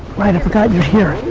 right i forgot you're here.